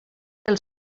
els